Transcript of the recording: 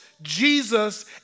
Jesus